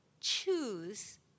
choose